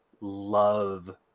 love